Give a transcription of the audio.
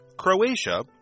Croatia